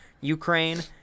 Ukraine